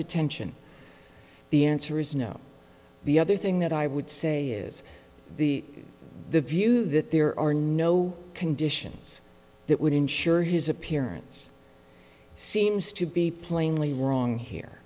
detention the answer is no the other thing that i would say is the the view that there are no conditions that would ensure his appearance seems to be plainly wrong here